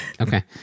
Okay